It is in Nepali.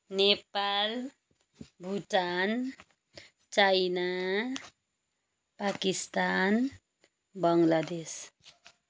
नेपाल भुटान चाइना पाकिस्तान बङ्लादेश